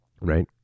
right